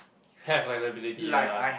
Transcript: have like ability ya lah